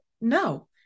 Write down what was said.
No